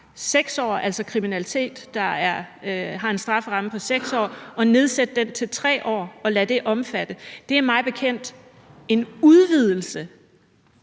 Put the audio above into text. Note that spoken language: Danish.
i forhold til kriminalitet, der har en strafferamme på 6 år – til 3 år og lade det omfatte. Det er mig bekendt en udvidelse